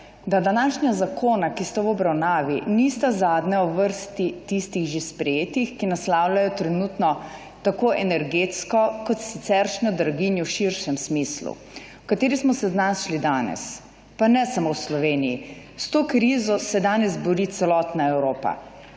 da današnja zakona, ki sta v obravnavi, nista zadnja v vrsti tistih že sprejetih, ki naslavljajo trenutno tako energetsko kot siceršnjo draginjo v širšem smislu, v kateri smo se znašli danes. Pa ne samo v Sloveniji, s to krizo se danes bori celotna Evropa,